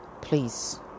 Please